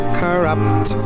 corrupt